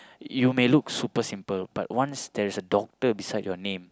you may look super simple but once there is a doctor beside your name